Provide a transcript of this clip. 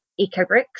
EcoBricks